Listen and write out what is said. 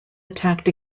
attacked